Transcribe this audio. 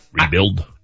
rebuild